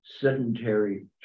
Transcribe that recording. sedentary